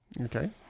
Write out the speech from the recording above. Okay